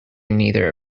neither